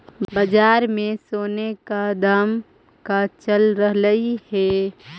बाजार में सोने का दाम का चल रहलइ हे